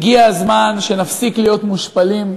הגיע הזמן שנפסיק להיות מושפלים.